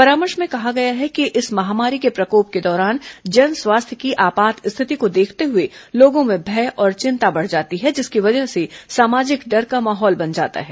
परामर्श में कहा गया है कि इस महामारी के प्रकोप के दौरान जन स्वास्थ्य की आपात स्थिति को देखते हुए लोगों में भय और चिंता बढ़ जाती है जिसकी वजह से सामाजिक डर का माहौल बन जाता है